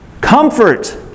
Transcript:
Comfort